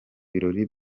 birori